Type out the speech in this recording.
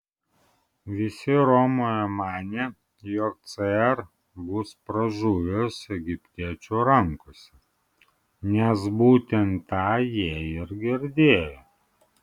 visi romoje manė jog cr bus pražuvęs egiptiečių rankose nes būtent tą jie ir girdėjo